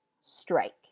strike